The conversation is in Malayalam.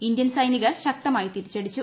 ഇന്ത്യൻ സൈനികർ ശക്തമായി തിരിച്ചുടിച്ചു